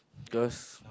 cause